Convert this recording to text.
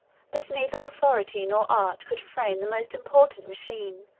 but neither authority nor art could frame the most important machine,